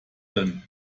denn